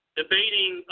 debating